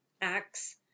acts